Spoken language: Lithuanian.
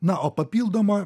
na o papildomo